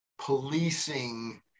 policing